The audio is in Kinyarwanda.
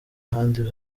ahandi